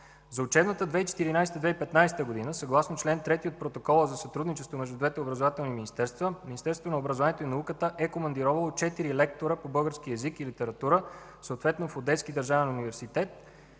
За учебната 2014 – 2015 г., съгласно чл. 3 от Протокола за сътрудничество между двете образователни министерства Министерството на образованието и науката е командировало четири лектори по български език и литература в Одеския държавен университет